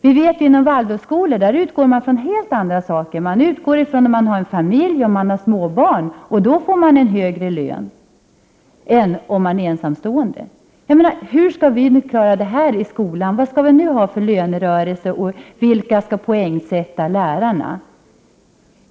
Vi vet att man inom Waldorfskolan utgår från helt andra kriterier. Man utgår ifrån om en lärare t.ex. har familj eller småbarn. Under sådana förhållanden får man högre lön än om man är ensamstående. Hur skall vi klara detta i skolan? Vad skall vi ha för slags lönerörelse och vem skall poängsätta lärarna?